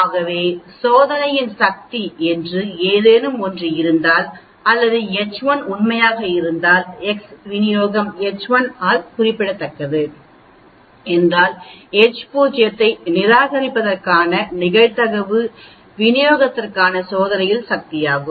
ஆகவே சோதனையின் சக்தி என்று ஏதேனும் ஒன்று இருந்தால் அல்லது H1 உண்மையாக இருந்தால் எக்ஸ் விநியோகம் H1 ஆல் குறிப்பிடப்படுகிறது என்றால் H0 ஐ நிராகரிப்பதற்கான நிகழ்தகவு விநியோகத்திற்கான சோதனையின் சக்தியாகும்